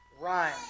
rhyme